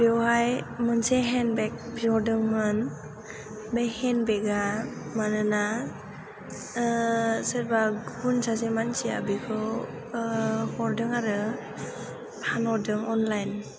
बेयावहाय मोनसे हेन्द बेग बिहरदोंमोन बे हेन्द बेग आ मानोना सोरबा गुबुन सासे मानसिया बेखौ हरदों आरो फानहरदों अनलाइन